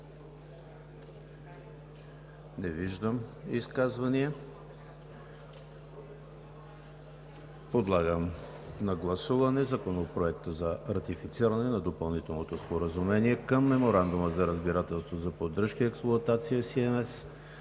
Не виждам изказвания. Подлагам на гласуване Законопроекта за ратифициране на Допълнителното споразумение към Меморандума за разбирателство за поддръжка и експлоатация на